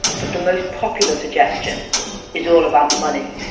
but the most popular suggestion is all about money.